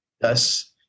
Thus